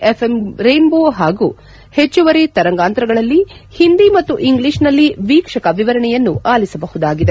FM rainbow ಹಾಗೂ ಹೆಚ್ಚುವರಿ ತರಾಂಗಾಂತರಗಳಲ್ಲಿ ಹಿಂದಿ ಮತ್ತು ಇಂಗ್ಲಿಷ್ನಲ್ಲಿ ವೀಕ್ಷಕ ವಿವರಣೆಯನ್ನು ಆಲಿಸಬಹುದಾಗಿದೆ